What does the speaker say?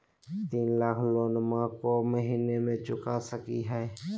तीन लाख लोनमा को महीना मे चुका सकी हय?